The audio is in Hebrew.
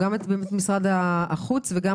גם את משרד החוץ וגם